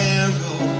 arrow